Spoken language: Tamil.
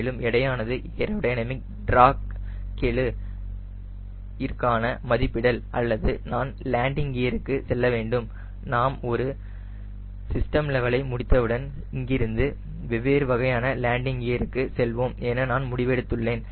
மேலும் எடையானது ஏரோ டைனமிக் டிராக் கெழு ற்கான மதிப்பிடல் அல்லது நான் லேண்டிங் கியர்க்கு செல்ல வேண்டும் நாம் ஒரு சிஸ்டம் லெவலை முடித்தவுடன் இங்கிருந்து வெவ்வேறு வகையான லேண்டிங் கியருக்கு செல்வோம் என நான் முடிவெடுத்துள்ளேன்